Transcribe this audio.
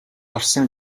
орсон